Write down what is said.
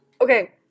okay